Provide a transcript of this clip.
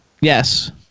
Yes